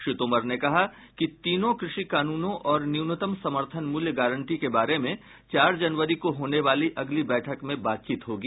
श्री तोमर ने कहा कि तीनों कृषि कानूनों और न्यूनतम समर्थन मूल्य गारंटी के बारे में चार जनवरी को होने वाली अगली बैठक में बातचीत होगी